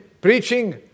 preaching